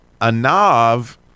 anav